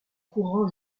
courant